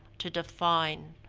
to define,